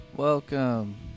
Welcome